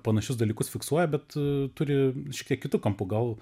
panašius dalykus fiksuoja bet turi kažkiek kitu kampu gal